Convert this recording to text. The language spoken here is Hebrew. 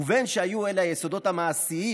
ובין שהיו אלה היסודות המעשיים